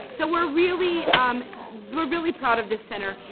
so we're really um we're really proud of this center.